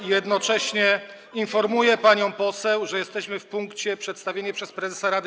i jednocześnie informuję panią poseł, że jesteśmy w punkcie: Przedstawienie przez prezesa Rady.